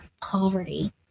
poverty